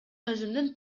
өзүмдүн